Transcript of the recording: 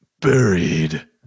buried